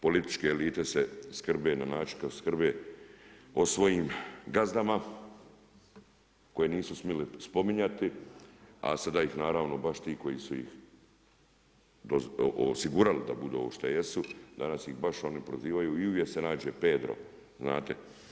Političke elite se skrbe na način kako se skrbe o svojim gazdama koji nisu smjeli spominjati, a sada ih naravno baš ti koji su ih osigurali da budu ovo što jesu, danas ih baš oni prozivaju i uvijek se nađe pedro znate.